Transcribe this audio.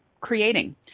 creating